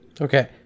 Okay